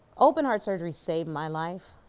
open heart surgery saved my life,